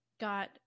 got